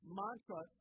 mantra